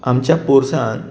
आमच्या पोरसांत